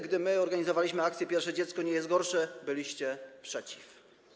Gdy organizowaliśmy akcję „Pierwsze dziecko nie jest gorsze”, byliście przeciw.